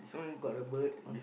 got a bird on